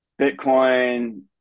Bitcoin